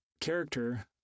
character